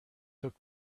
took